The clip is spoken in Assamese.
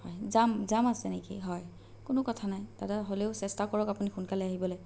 হয় জাম জাম আছে নেকি হয় কোনো কথা নাই দাদা হ'লেও চেষ্টা কৰক আপুনি সোনকালে আহিবলৈ